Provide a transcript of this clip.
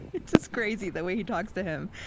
it's just crazy, the way he talks to him